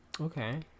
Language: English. Okay